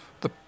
The